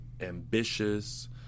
ambitious